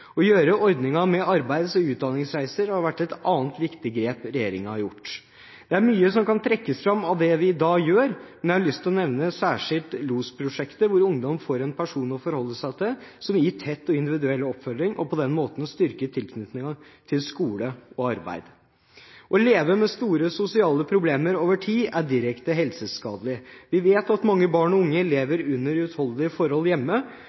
med arbeids- og utdanningsreiser har vært et annet viktig grep regjeringen har gjort. Det er mye som kan trekkes fram av det vi i dag gjør, men jeg har lyst til å nevne særskilt Losprosjektet, hvor ungdom får en person å forholde seg til som gir tett og individuell oppfølging, slik at man på den måten styrker tilknytningen til skole og arbeid. Å leve med store sosiale problemer over tid er direkte helseskadelig. Vi vet at mange barn og unge lever under uutholdelige forhold hjemme